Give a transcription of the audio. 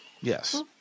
Yes